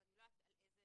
אני לא יודעת על איזה